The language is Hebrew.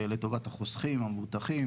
ד"ר ברקת,